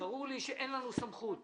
שאין לנו סמכות